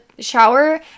shower